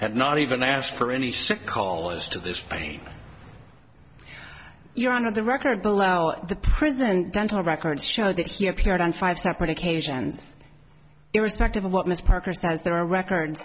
had not even asked for any sick call as to this plane you're on the record below the prison dental records show that he appeared on five separate occasions irrespective of what